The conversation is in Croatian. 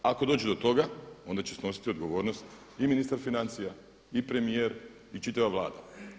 Ako dođe do toga onda će snositi odgovornost i ministar financija i premijer i čitava Vlada.